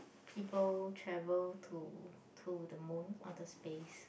people travel to to the moon or the space